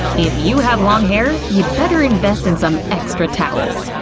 if you have long hair, you'd better invest in some extra towels.